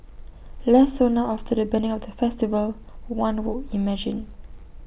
less so now after the banning of the festival one would imagine